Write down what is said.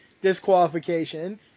disqualification